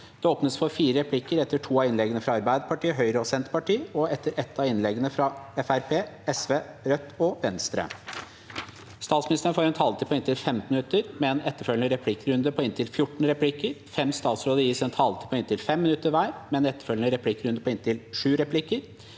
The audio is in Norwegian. Det åpnes for fire replikker etter to av innleggene fra Arbeiderpartiet, Høyre og Senterpartiet og etter ett av innleggene fra Fremskrittspartiet, Sosialistisk Venstreparti, Rødt og Venstre. Statsministeren får en taletid på inntil 15 minutter, med en etterfølgende replikkrunde på inntil 14 replikker. Fem statsråder gis en taletid på inntil 5 minutter hver, med en etterfølgende replikkrunde på inntil sju replikker.